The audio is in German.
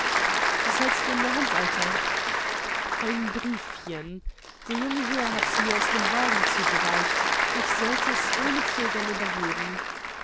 was hältst du in der hand alter ein briefchen der junge herr hat mir's aus dem wagen zugereicht ich sollt es ohne zögern übergeben